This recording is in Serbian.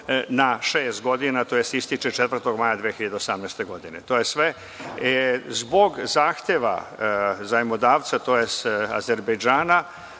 na šest godina, tj. ističe 4. maja 2018. godine. To je sve. Zbog zahteva zajmodavca, tj. Azerbejdžana,